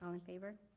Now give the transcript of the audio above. um in favor?